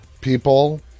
people